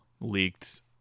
leaked